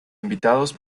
invitados